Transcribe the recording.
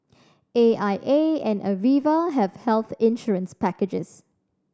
A I A and Aviva have health insurance packages